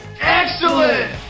Excellent